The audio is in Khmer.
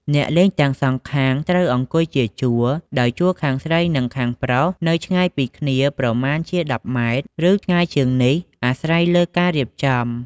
អ្នកលេងទាំងសងខាងត្រូវអង្គុយជាជួរ ដោយជួរខាងស្រីនិងខាងប្រុសនៅឆ្ងាយពីគ្នាប្រមាណជា១០ម៉ែត្រ ឬឆ្ងាយជាងនេះអាស្រ័យលើការរៀបចំ។